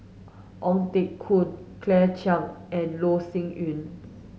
Ong Teng Koon Claire Chiang and Loh Sin Yun